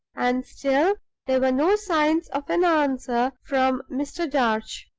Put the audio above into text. and still there were no signs of an answer from mr. darch.